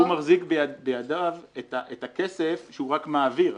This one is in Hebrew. שהוא מחזיק בידיו את הכסף שהוא רק מעביר,